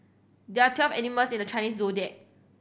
there are twelve animals in the Chinese Zodiac